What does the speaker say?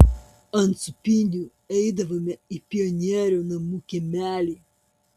ant sūpynių eidavome į pionierių namų kiemelį